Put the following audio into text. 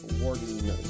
Warden